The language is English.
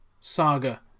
saga